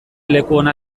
lekuona